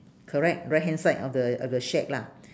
correct right hand side of the of the shack lah